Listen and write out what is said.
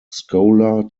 scholar